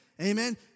Amen